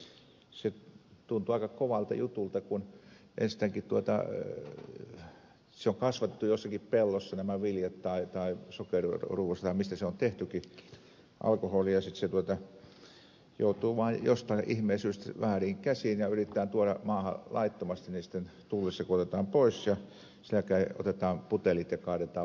se tuntuu aika kovalta jutulta kun enstäinkin on kasvatettu jossakin pellossa nämä viljat tai sokeriruoko tai mistä se alkoholi on tehtykin ja kun se sitten joutuu vaan jostain ihmeen syystä vääriin käsiin ja yritetään tuoda maahan laittomasti niin sitten tullissa otetaan putelit pois ja kaadetaan viemäriin